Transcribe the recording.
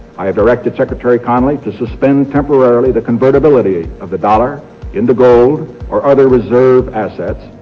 i have directed secretary connally to suspend temporarily the convertibility of the dollar into gold or other reserve assets.